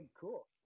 cool